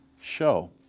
Show